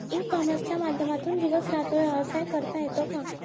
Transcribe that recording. E कॉमर्सच्या माध्यमातून दिवस रात्र व्यवसाय करता येतो का?